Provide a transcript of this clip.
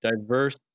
diverse